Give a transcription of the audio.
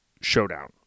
showdown